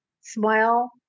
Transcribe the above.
Smile